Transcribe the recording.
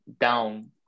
down